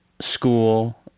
school